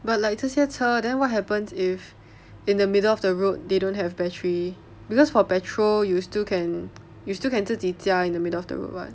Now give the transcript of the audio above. but like 这些车 then what happens if in the middle of the road they don't have battery because for petrol you still can you still can 自己加 in the middle of the road [what]